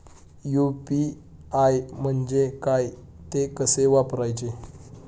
UPI म्हणजे काय, ते कसे वापरायचे?